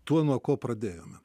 tuo nuo ko pradėjome